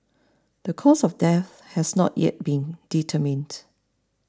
the cause of death has not yet been determined